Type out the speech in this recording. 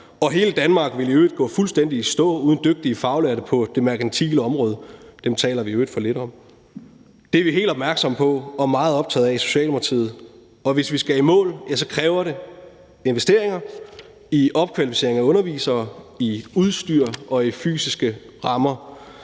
og hele Danmark ville i øvrigt gå fuldstændig i stå uden dygtige faglærte på det merkantile område. Dem taler vi i øvrigt for lidt om. Det er vi helt opmærksomme på og meget optaget af i Socialdemokratiet, og hvis vi skal i mål, kræver det investeringer i opkvalificering af undervisere, i udstyr og i fysiske rammer.